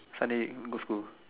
Sunday go school